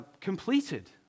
completed